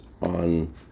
on